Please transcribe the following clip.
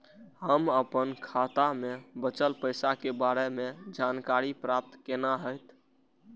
हम अपन खाता में बचल पैसा के बारे में जानकारी प्राप्त केना हैत?